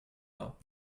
all